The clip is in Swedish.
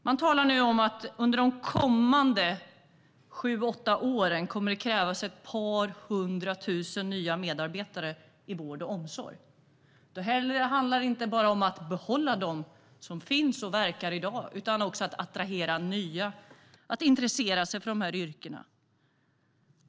Man talar nu om att det under de kommande sju åtta åren kommer att krävas ett par hundra tusen nya medarbetare i vård och omsorg. Då handlar det inte bara om att behålla dem som finns och verkar i dag utan också om att attrahera nya att intressera sig för de här yrkena.